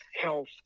health